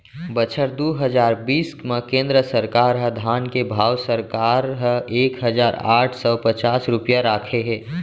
बछर दू हजार बीस म केंद्र सरकार ह धान के भाव सरकार ह एक हजार आठ सव पचास रूपिया राखे हे